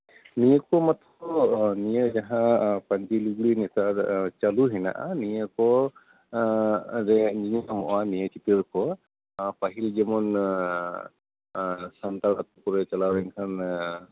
ᱱᱤᱭᱟᱹ ᱠᱚ ᱢᱟᱛᱚ ᱱᱤᱭᱟᱹ ᱡᱟᱦᱟᱸ ᱯᱟᱹᱧᱪᱤ ᱞᱩᱜᱽᱲᱤ ᱱᱮᱛᱟᱨ ᱪᱟᱹᱞᱩ ᱦᱮᱱᱟᱜᱼᱟ ᱱᱤᱭᱟᱹ ᱠᱚ ᱡᱮ ᱧᱮᱞ ᱧᱟᱢᱚᱜᱼᱟ ᱱᱤᱭᱟᱹ ᱪᱤᱛᱟᱹᱨ ᱠᱚ ᱯᱟᱹᱦᱤᱞ ᱡᱮᱢᱚᱱ ᱥᱟᱱᱛᱟᱲ ᱟᱛᱳ ᱠᱚᱨᱮ ᱪᱟᱞᱟᱣ ᱦᱩᱭ ᱞᱮᱱᱠᱷᱟᱱ